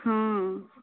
ହଁ